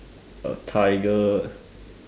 a tiger